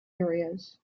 areas